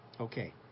Okay